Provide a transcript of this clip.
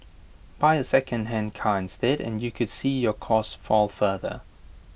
buy A second hand car instead and you could see your costs fall further